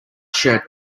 shirt